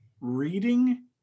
reading